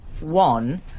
one